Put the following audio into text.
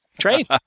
trade